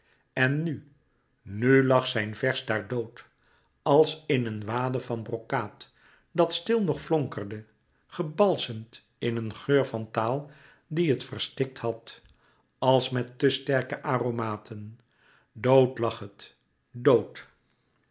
en nu nu lag zijn vers daar dood als in een wade van brokaat dat stil nog flonkerde gebalsemd in een geur van taal die het verstikt had louis couperus metamorfoze als met te sterke aromaten dood lag het dood